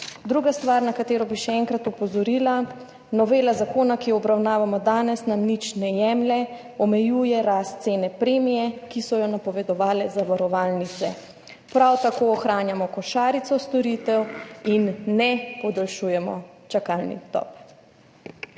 Druga stvar, na katero bi še enkrat opozorila: novela zakona, ki jo obravnavamo danes, nam nič ne jemlje, omejuje rast cene premije, ki so jo napovedovale zavarovalnice. Prav tako ohranjamo košarico storitev in ne podaljšujemo čakalnih dob.